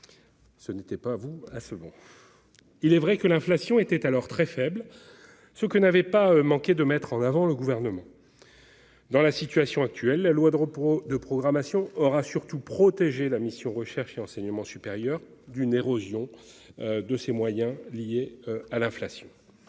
découlaient d'un tel choix. Il est vrai que l'inflation était alors très faible, ce que n'avait pas manqué de faire valoir le Gouvernement. Dans la situation actuelle, la loi de programmation aura surtout protégé la mission « Recherche et enseignement supérieur » d'une érosion de ses moyens liée à l'inflation.